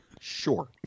sure